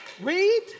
Read